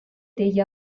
degli